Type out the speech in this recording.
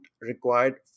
required